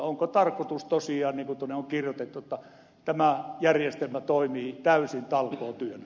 onko tarkoitus tosiaan niin kuin tuonne on kirjoitettu että tämä järjestelmä toimii täysin talkootyönä